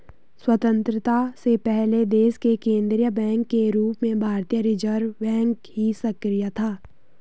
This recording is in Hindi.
स्वतन्त्रता से पहले देश के केन्द्रीय बैंक के रूप में भारतीय रिज़र्व बैंक ही सक्रिय था